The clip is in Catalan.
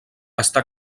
està